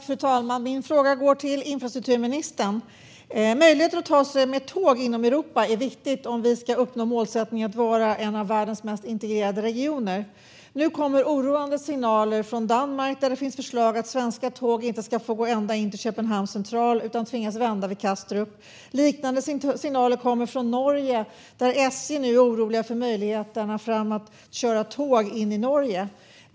Fru talman! Min fråga går till infrastrukturministern. Möjligheten att resa med tåg inom Europa är viktig om vi ska uppnå målsättningen att vara en av världens mest integrerade regioner. Nu kommer oroande signaler från Danmark, där det finns förslag att svenska tåg inte ska få gå ända till Köpenhamns central utan ska tvingas vända vid Kastrup. Liknande signaler kommer från Norge. På SJ är man nu orolig för möjligheterna att köra tåg in i Norge.